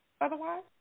otherwise